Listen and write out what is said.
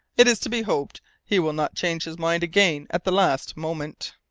it is to be hoped he will not change his mind again at the last moment.